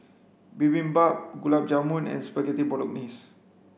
Bibimbap Gulab Jamun and Spaghetti Bolognese